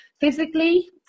physically